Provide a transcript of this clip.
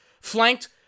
flanked